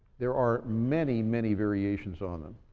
there are many, many variations on them.